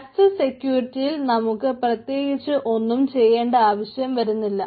access സെക്യൂരിറ്റിയിൽ നമുക്ക് പ്രത്യേകിച്ച് ഒന്നും ചെയ്യേണ്ട ആവശ്യം ഇല്ല